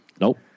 Nope